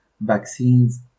vaccines